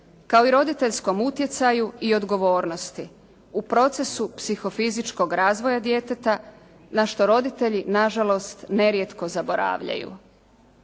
kao i roditeljskom utjecaju i odgovornosti u procesu psihofizičkog razvoja djeteta na što roditelji nažalost nerijetko zaboravljaju.